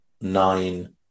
nine